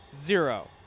Zero